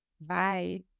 Bye